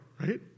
Right